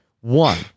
One